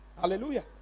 Hallelujah